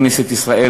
כנסת ישראל,